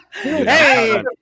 Hey